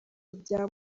bya